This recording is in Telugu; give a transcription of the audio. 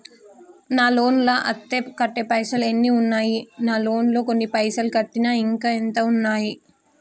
నా లోన్ లా అత్తే కట్టే పైసల్ ఎన్ని ఉన్నాయి నా లోన్ లా కొన్ని పైసల్ కట్టిన ఇంకా ఎంత ఉన్నాయి?